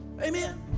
Amen